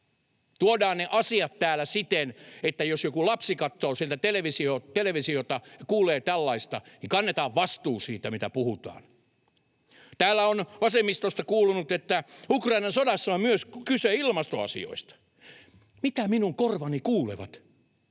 Tuodaan ne asiat täällä siten, että jos joku lapsi katsoo siellä televisiota ja kuulee tällaista, niin kannetaan vastuu siitä, mitä puhutaan. Täällä on vasemmistosta kuulunut, että Ukrainan sodassa on myös kyse ilmastoasioista. Mitä minun korvani kuulevat